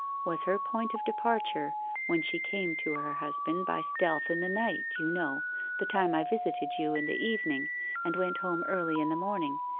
was her point of departure when she came to her husband by stealth in the night you know the time i visited you in the evening and went home early in the morning,